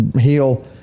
heal